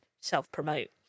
self-promote